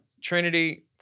Trinity